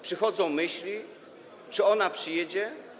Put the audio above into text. Przychodzą myśli: Czy ona przyjedzie?